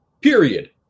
period